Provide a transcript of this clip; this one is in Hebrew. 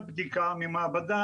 והבדיקות מתבצעות דרך מכון התקנים,